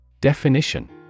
Definition